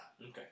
okay